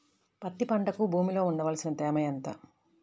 పత్తి పంటకు భూమిలో ఉండవలసిన తేమ ఎంత?